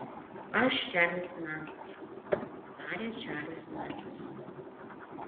aš čarlis nansis tarė čarlis nansis